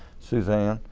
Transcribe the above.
susan,